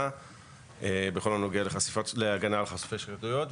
בכל הנוגע להגנה על חושפי שחיתויות,